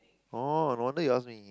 oh no wonder you ask me